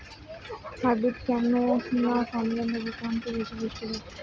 Hybrid কেনু না কমলা লেবু কোনটি বেশি পুষ্টিকর?